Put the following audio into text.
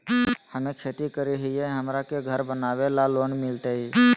हमे खेती करई हियई, हमरा के घर बनावे ल लोन मिलतई?